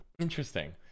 Interesting